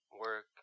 work